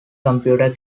computer